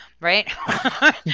Right